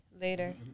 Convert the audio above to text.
Later